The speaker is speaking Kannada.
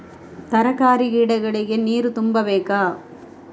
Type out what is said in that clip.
ತರಕಾರಿ ಗಿಡಗಳಿಗೆ ನೀರು ತುಂಬಬೇಕಾ?